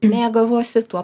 mėgavosi tuo